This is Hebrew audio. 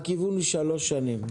הכיוון הוא שלוש שנים.